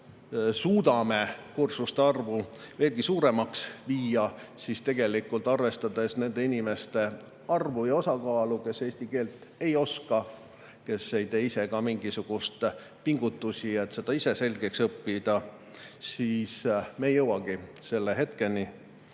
ka suudame kursuste arvu veelgi suuremaks viia, siis tegelikult, arvestades nende inimeste arvu ja osakaalu, kes eesti keelt ei oska ega tee ka mingisuguseid pingutusi, et ise seda selgeks õppida, me ei jõuagi selle hetkeni,